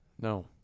No